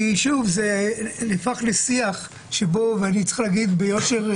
אני צריך להגיד ביושר,